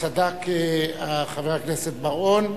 שצדק חבר הכנסת בר-און,